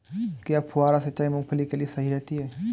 क्या फुहारा सिंचाई मूंगफली के लिए सही रहती है?